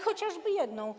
Chociażby jedną.